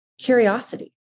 curiosity